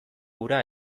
ura